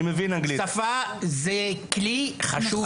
שפה זה כלי חשוב ביותר,